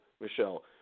Michelle